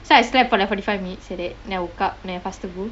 so I slept for like forty five minutes like that then I woke up then I faster go